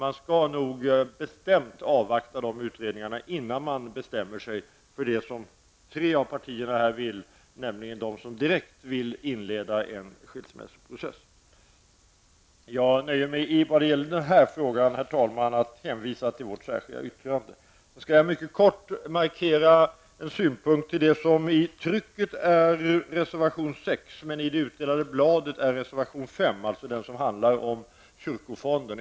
Man skall nog bestämt avvakta dessa två utredningar innan man bestämmer sig för det som tre av partierna vill, nämligen att direkt inleda en skilsmässoprocess. Jag nöjer mig när det gäller denna fråga, herr talman, med att hänvisa till vårt särskilda yttrande. Sedan vill jag mycket kort ange en synpunkt på det som i det tryckta betänkandet är reservation 6 men i det utdelade rättelsebladet reservation 5. Det handlar om kyrkofonden.